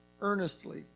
earnestly